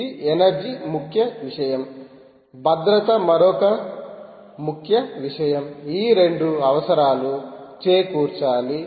ఇది ఎనర్జీ ముఖ్య విషయం భద్రత మరొక ముఖ్య విషయం ఈ రెండు అవసరాలు చేకూర్చాలి